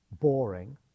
boring